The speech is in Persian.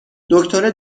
دکتره